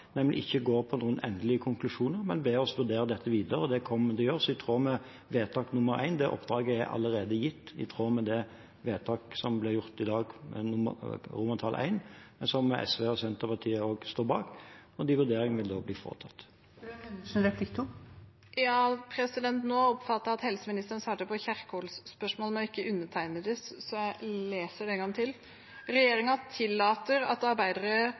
ikke gå for noen endelige konklusjoner, men be oss vurdere dette videre. Det kommer vi til å gjøre i tråd med vedtakets I. Det oppdraget er allerede gitt i tråd med det vedtaket som blir gjort i dag, som SV og Senterpartiet også står bak. De vurderingene vil bli foretatt. Nå oppfattet jeg at helseministeren svarte på Kjerkols spørsmål og ikke undertegnedes, så jeg leser det en gang til: Regjeringen tillater at